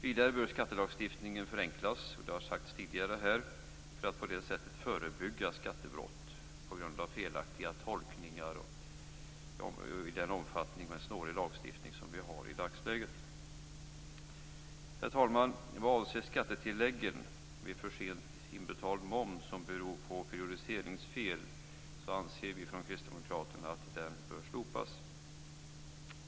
Vidare bör skattelagstiftningen förenklas - vilket har sagts tidigare här - för att förebygga skattebrott på grund av felaktiga tolkningar i den omfattning vi har beroende på den snåriga lagstiftning vi har i dagsläget. Herr talman! Vad avser skattetillägg vid för sent inbetald moms beroende på periodiseringsfel anser vi från Kristdemokraterna att det bör slopas.